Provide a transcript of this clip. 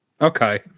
Okay